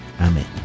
amen